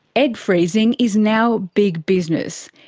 egg freezing is now big business.